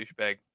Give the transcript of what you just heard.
douchebag